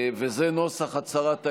וזה נוסח הצהרת האמונים: